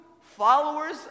followers